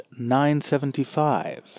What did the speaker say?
975